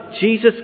Jesus